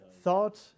thought